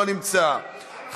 לא נמצא,